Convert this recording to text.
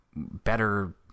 better